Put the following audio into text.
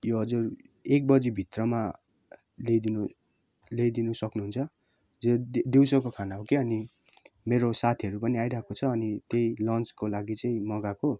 यो हजुर एक बजी भित्रमा ल्याइदिनु ल्याइदिनु सक्नु हुन्छ जे दिउँसोको खाना हो कि अनि मेरो साथीहरू पनि आइरहेको छ अनि त्यही लन्चको लागि चाहिँ मगाएको